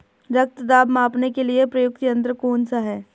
रक्त दाब मापने के लिए प्रयुक्त यंत्र कौन सा है?